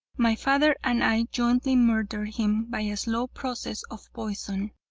my father and i jointly murdered him by a slow process of poison.